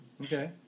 Okay